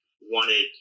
wanted